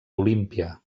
olímpia